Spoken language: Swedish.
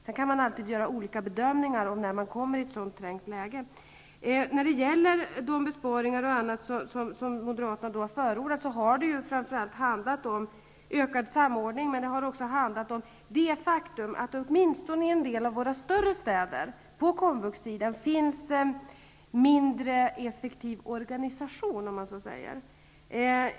Sedan kan man alltid göra olika bedömningar när man kommer i ett sådant trängt läge. De besparingar och annat som moderaterna har förordat har framför allt handlat om ökad samordning. Men det har också handlat om det faktum att det åtminstone i en del av våra större städer på komvuxsidan finns mindre effektiv organisation, om man så säger.